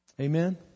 Amen